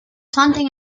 funding